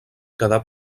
quedar